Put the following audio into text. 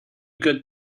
good